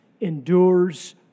endures